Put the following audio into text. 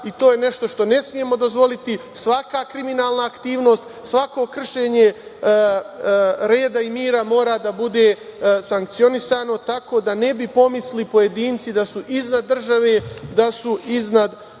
i to nešto što ne trebamo dozvoliti. Svaka kriminalna aktivnost, svako kršenje reda i mira mora da bude sankcionisano tako da ne bi pomislili pojedinci da su iznad države, da su iznad